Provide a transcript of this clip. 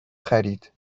خرید